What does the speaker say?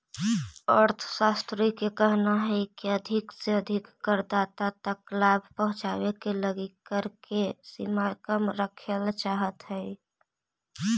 अर्थशास्त्रि के कहना हई की अधिक से अधिक करदाता तक लाभ पहुंचावे के लगी कर के सीमा कम रखेला चाहत हई